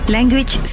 Language